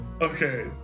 Okay